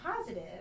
positive